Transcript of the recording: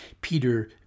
Peter